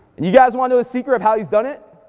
and you guys wanna know the secret of how he's done it?